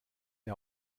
die